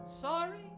sorry